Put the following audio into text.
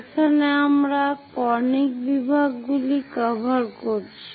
এখানে আমরা কনিক বিভাগগুলি কভার করছি